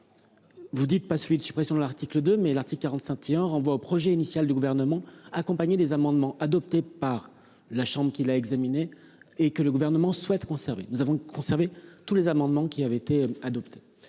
Vous dites pas suite. Suppression de l'article de mais l'article 45 tiens renvoie au projet initial du gouvernement accompagné les amendements adoptés par la Chambre qui l'a examiné et que le gouvernement souhaite conserver, nous avons conservé tous les amendements qui avait été adopté.